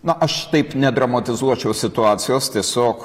na aš taip nedramatizuočiau situacijos tiesiog